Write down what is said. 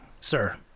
sir